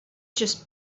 just